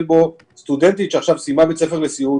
בו סטודנטית שעכשיו סיימה בית ספר לסיעוד,